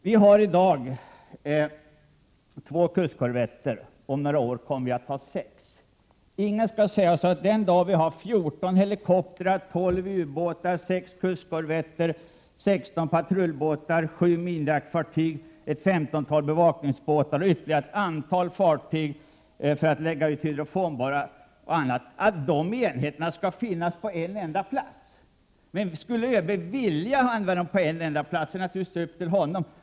Vi har i dag två kustkorvetter. Om några år kommer vi att ha sex. Ingen skall inbilla mig att den dag vi har 14 helikoptrar, 12 ubåtar, 6 kustkorvetter, 16 patrullbåtar, 7 minjaktfartyg, ett 15-tal bevakningsbåtar samt ett antal fartyg för att lägga ut hydrofonbojar skall alla dessa alltid vara tillsammans. Men skulle ÖB vilja ha dessa på en enda plats är det naturligtvis upp till honom.